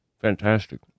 Fantastic